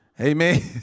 Amen